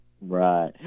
Right